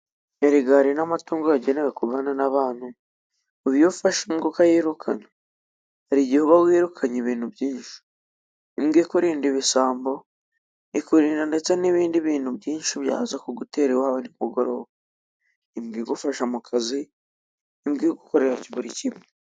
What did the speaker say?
Erega hari n'amatungo yagenewe kubana n'abantu ,ubu iyo ufashe imbwa ukayirukana hari igihe uba wirukanye ibintu byinshi imbwa ikurinda ibisambo ,ikurinda ndetse n'ibindi bintu byinshi byaza kugutera iwawe nimugoroba, imbwa igufasha mu kazi, imbwa igukorera buri kimwe.